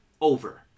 over